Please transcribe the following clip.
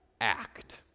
act